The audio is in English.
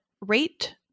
rate